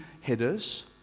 headers